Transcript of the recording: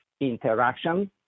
interaction